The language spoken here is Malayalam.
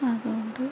അതുകൊണ്ട്